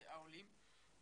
העולים.